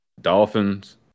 Dolphins